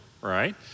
right